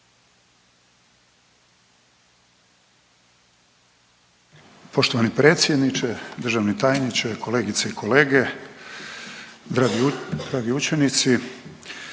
Poštovani predsjedniče, državni tajniče, kolegice i kolege, dragi učenici.